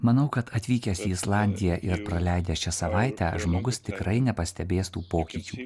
manau kad atvykęs į islandiją ir praleidęs šią savaitę žmogus tikrai nepastebės tų pokyčių